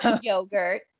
Yogurt